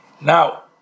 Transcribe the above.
now